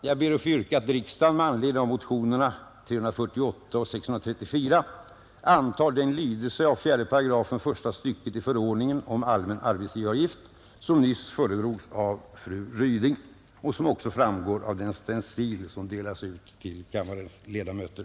Jag ber att få yrka att riksdagen med anledning av motionerna 348 och 634 antar den lydelse av 4 § första stycket förordningen om allmän arbetsgivaravgift som nyss föredrogs av fru Ryding och som också framgår av den stencil som delats ut till kammarens ledamöter.